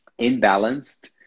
imbalanced